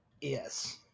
Yes